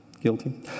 Guilty